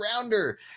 rounder